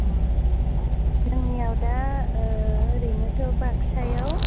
अ जोंनियाव दा ओरैनोथ' बागसायाव